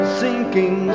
sinking